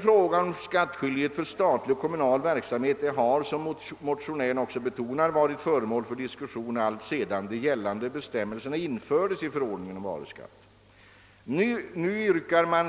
Frågan om skattskyldighet för statlig och kommunal verksamhet har, som även motionärerna betonat, varit föremål för diskussion alltsedan nu gällande bestämmelser infördes i förordningen om varuskatt. Nu yrkar man